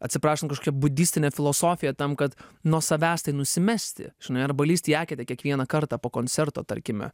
atsiprašant kažkokia budistine filosofija tam kad nuo savęs tai nusimesti žinai arba lįsti į eketę kiekvieną kartą po koncerto tarkime